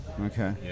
Okay